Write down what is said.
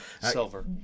Silver